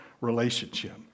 relationship